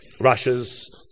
Russia's